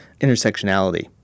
intersectionality